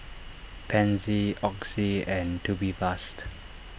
Pansy Oxy and Tubifast